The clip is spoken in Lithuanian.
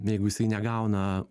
jeigu jisai negauna